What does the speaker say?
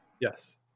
Yes